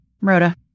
Rhoda